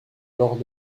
lors